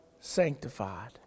sanctified